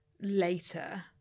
later